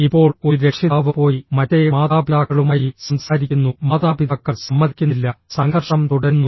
ഇപ്പോൾ ഒരു രക്ഷിതാവ് പോയി മറ്റേ മാതാപിതാക്കളുമായി സംസാരിക്കുന്നു മാതാപിതാക്കൾ സമ്മതിക്കുന്നില്ല സംഘർഷം തുടരുന്നു